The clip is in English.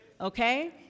Okay